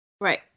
Right